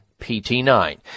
PT9